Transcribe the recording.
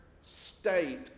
state